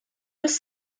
was